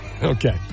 Okay